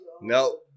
No